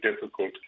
difficult